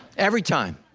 every time.